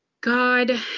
God